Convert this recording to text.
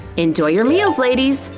enjoy your meals, ladies.